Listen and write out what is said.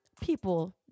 people